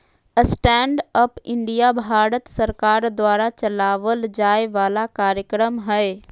stand up India Bharat सरकार द्वारा चलावल जाय वाला कार्यक्रम हय